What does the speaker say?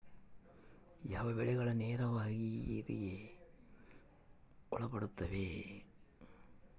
ಯಾವ ಬೆಳೆಗಳು ನೇರಾವರಿಗೆ ಒಳಪಡುತ್ತವೆ?